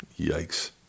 Yikes